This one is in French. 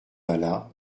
alla